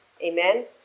Amen